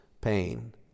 pain